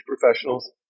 professionals